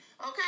Okay